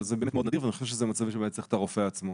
אבל זה באמת מאוד נדיר ואני חושב שאלה מצבים שצריך את הרופא עצמו.